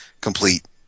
complete